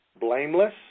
blameless